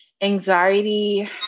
anxiety